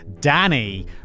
danny